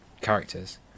characters